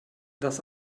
das